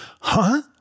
Huh